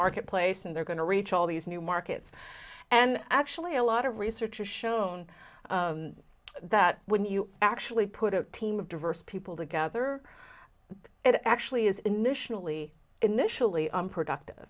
marketplace and they're going to reach all these new markets and actually a lot of research has shown that when you actually put a team of diverse people together it actually is initially initially unproductive